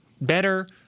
better